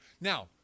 Now